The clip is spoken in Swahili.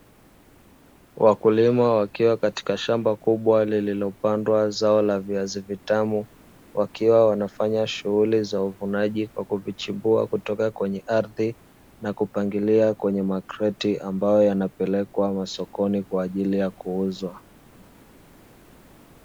Wakulima wakiwa katika shamba kubwa lililopandwa zao la viazi vitamu, wakiwa wanafanya shughuli za uvunaji kwa kuvichimbua kutoka kwenye ardhi na kupangilia kwenye makreti ambayo yanapelekwa masokoni kwa ajili ya kuuzwa.